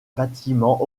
bâtiments